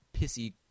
pissy